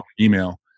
email